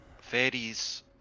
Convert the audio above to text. fairies